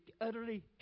utterly